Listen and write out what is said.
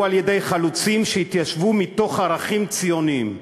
על-ידי חלוצים שהתיישבו מתוך ערכים ציוניים.